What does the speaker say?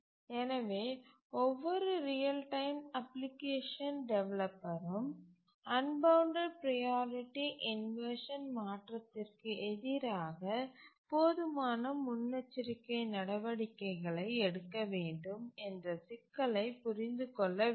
எனவே ஒவ்வொரு real time application டெவலப்பரும் அன்பவுண்டட் ப்ரையாரிட்டி இன்வர்ஷன் மாற்றத்திற்கு எதிராக போதுமான முன்னெச்சரிக்கை நடவடிக்கைகளை எடுக்க வேண்டும் என்ற சிக்கலைப் புரிந்து கொள்ள வேண்டும்